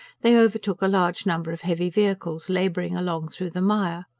they overtook a large number of heavy vehicles labouring along through the mire.